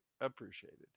appreciated